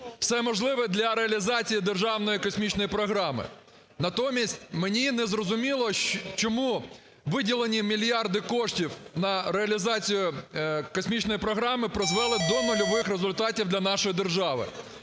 все можливе для реалізації Державної космічної програми. Натомість мені не зрозуміло, чому виділені мільярди коштів на реалізацію космічної програми призвели до нульових результатів для нашої держави.